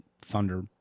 Thunder